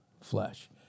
flesh